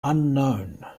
unknown